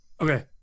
Okay